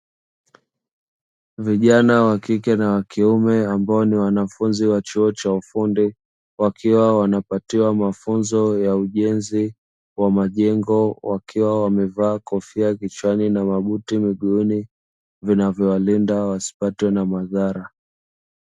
Vijana wa kike na wa kiume ambao ni wanafunzi wa chuo cha ufundi, wakiwa wanapatiwa mafunzo ya ujenzi wa majengo, wakiwa wamevaa kofia kichwani na mabuti miguuni; vinavyowalinda wasipatwe na madhara.